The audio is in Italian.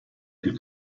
più